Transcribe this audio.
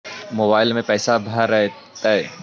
Mobile में पैसा भरैतैय?